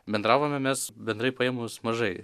bendravome mes bendrai paėmus mažai